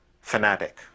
fanatic